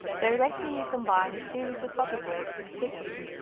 directly you combine a series of photo graphs in sequence,